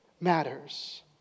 matters